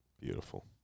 beautiful